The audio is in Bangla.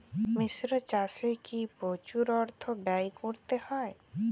মিশ্র চাষে কি প্রচুর অর্থ ব্যয় করতে হয়?